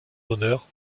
honneurs